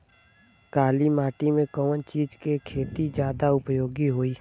काली माटी में कवन चीज़ के खेती ज्यादा उपयोगी होयी?